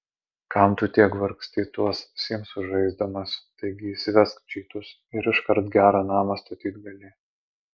kam tu tiek vargsti tuos simsus žaisdamas taigi įsivesk čytus ir iškart gerą namą statyt gali